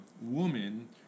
woman